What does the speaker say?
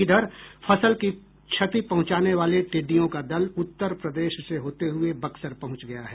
इधर फसल को क्षति पहुंचाने वाले टिड्डियों का दल उत्तर प्रदेश से होते हुए बक्सर पहुंच गया है